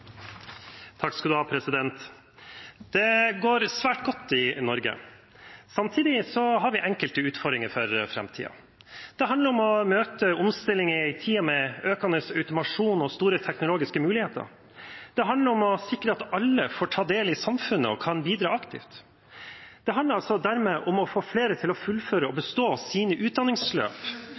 Det går svært godt i Norge. Samtidig har vi enkelte utfordringer for framtiden. Det handler om å møte omstilling i en tid med økende automasjon og store teknologiske muligheter. Det handler om å sikre at alle får ta del i samfunnet og kan bidra aktivt. Det handler dermed om på den ene siden å få flere til å fullføre og bestå sine utdanningsløp